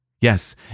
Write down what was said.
Yes